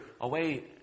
away